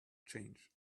change